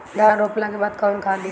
धान रोपला के बाद कौन खाद दियाला?